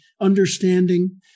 understanding